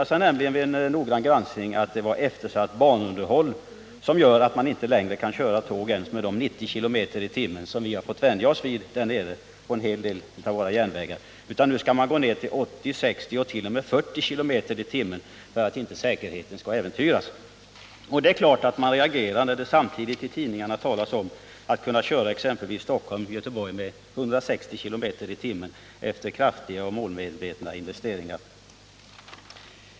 Det har nämligen vid en noggrann granskning visat sig att det är eftersatt banunderhåll som gör att man inte längre kan framföra tåg ens med den hastighet av 90 km tim för att inte säkerheten skall äventyras. Det är klart att man reagerar när det samtidigt i tidningarna talas om möjligheten att föra fram tågen med en hastighet av 160 km/tim på exempelvis sträckan Stockholm-Göteborg efter kraftiga och målmedvetna investeringar.